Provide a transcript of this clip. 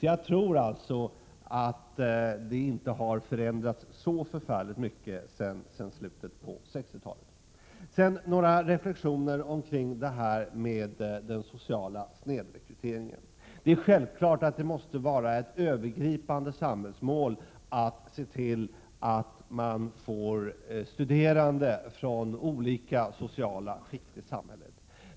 Jag tror alltså att det inte har förändrats så förfärligt mycket sedan slutet av 60-talet. Sedan några reflexioner kring frågan om den sociala snedrekryteringen. Det är självklart att det måste vara ett övergripande samhällsmål att se till att man får studerande från olika sociala skikt i samhället.